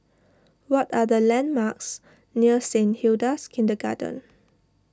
what are the landmarks near Saint Hilda's Kindergarten